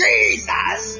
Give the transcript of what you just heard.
Jesus